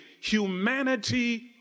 humanity